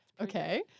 Okay